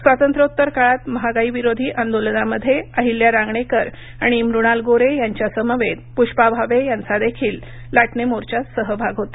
स्वातंत्र्योत्तर काळात महागाईविरोधी आंदोलनामध्ये अहिल्या रांगणेकर आणि मृणाल गोरे यांच्यासमवेत पुष्पा भावे यांचा देखील या लाटणे मोर्चात सहभाग होता